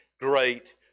great